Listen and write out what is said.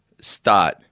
Start